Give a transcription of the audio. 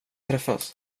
träffas